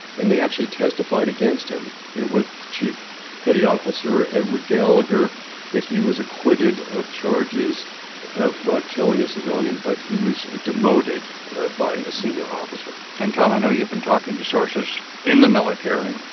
and they actually testified against him. and with chief petty officer edward gallagher that he was acquitted of charges of ah killing a civilian, but he was ah demoted ah by a senior officer and tom, i know you've been talking to sources in the military.